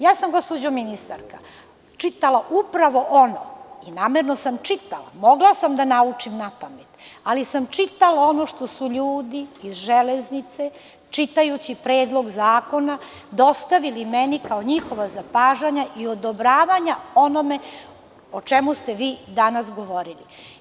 Ja sam, gospođo ministarka, čitala upravo ono, a namerno sam čitala, mogla sam da naučim napamet, ali sam čitala ono što su ljudi iz železnice čitajući Predlog zakona dostavili meni kao njihova zapažanja i odobravanja onome o čemu ste vi danas govorili.